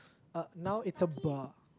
uh now is a bu~